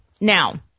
now